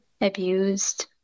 abused